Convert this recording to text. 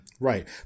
Right